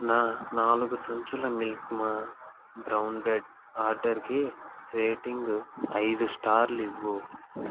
నా నాలుగు సంచులు మిల్క్ మా బ్రౌన్ బ్రెడ్ ఆర్డరుకి రేటింగ్ ఐదు స్టార్లు ఇవ్వు